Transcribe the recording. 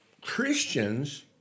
Christians